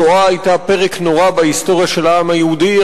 השואה היתה פרק נורא בהיסטוריה של העם היהודי,